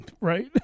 Right